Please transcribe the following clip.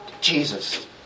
Jesus